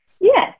Yes